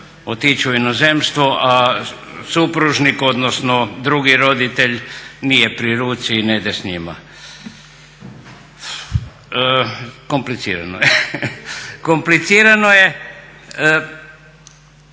otići u inozemstvu, a supružnik odnosno drugi roditelj nije pri ruci i ne ide s njima. Komplicirano je. I pitanje